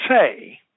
say